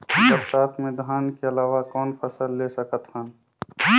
बरसात मे धान के अलावा कौन फसल ले सकत हन?